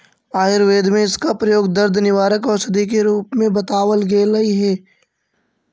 आयुर्वेद में इसका प्रयोग दर्द निवारक औषधि के रूप में बतावाल गेलई हे